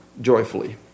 joyfully